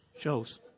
shows